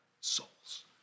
souls